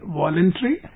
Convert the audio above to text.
voluntary